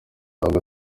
ahabwa